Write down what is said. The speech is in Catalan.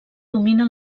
domina